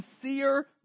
sincere